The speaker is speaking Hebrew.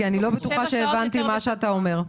כי אני לא בטוחה שהבנתי מה שאתה אומר.